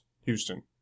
Houston